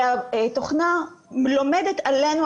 והתוכנה לומדת עלינו,